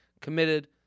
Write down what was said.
committed